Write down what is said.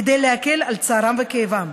כדי להקל את צערם וכאבם.